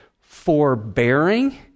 Forbearing